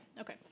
Okay